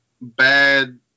bad